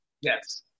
Yes